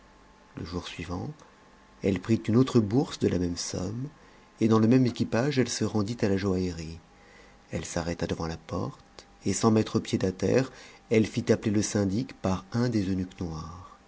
le jour suivant elle prit une autre bourse de la même somme et dans le même équipage elle se rendit à la joaillerie elle s'arrêta devant la porte et sans mettre pied à terre elle fit appeler le syndic par un des eunuques noirs